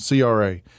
CRA